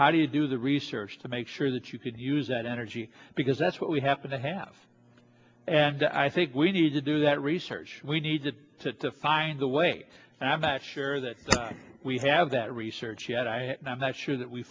how do you do the research to make sure that you can use that energy because that's what we have to have and i think we need to do that research we need to find a way and i'm not sure that we have that research yet i am not sure that we